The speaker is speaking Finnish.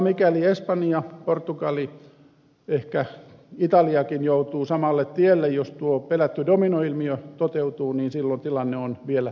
mikäli espanja portugali ehkä italiakin joutuvat samalle tielle jos tuo pelätty dominoilmiö toteutuu niin silloin tilanne on vielä vakavampi